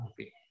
Okay